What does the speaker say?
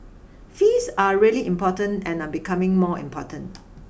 fees are really important and are becoming more important